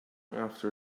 after